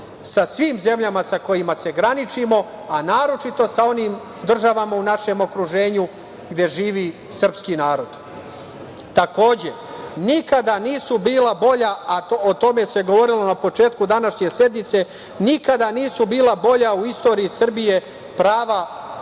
sa svim zemljama sa kojima se graničimo, a naročito sa onim državama u našem okruženju gde živi srpski narod. Takođe, nikada nisu bila bolja, a o tome se govorilo na početku današnje sednice, nikada nisu bila bolja u istoriji Srbije prava